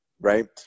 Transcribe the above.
right